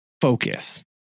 focus